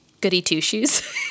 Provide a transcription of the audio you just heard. goody-two-shoes